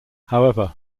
however